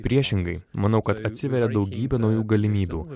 priešingai manau kad atsiveria daugybė naujų galimybių